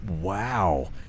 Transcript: Wow